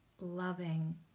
loving